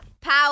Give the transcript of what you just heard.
Power